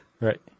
Right